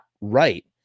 right